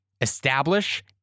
establish